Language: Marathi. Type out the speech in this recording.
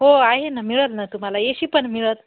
हो आहे न मिळेल ना तुम्हाला एशी पण मिळेल